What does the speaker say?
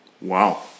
Wow